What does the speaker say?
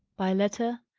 by letter?